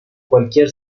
cualquier